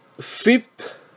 fifth